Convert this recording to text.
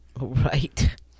right